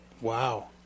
Wow